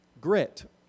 grit